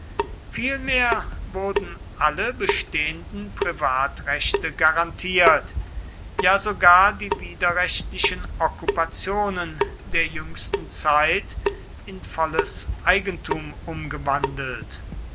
vielmehr wurden alle bestehenden privatrechte garantiert ja sogar die widerrechtlichen okkupationen der jüngsten zeit in volles eigentum umgewandelt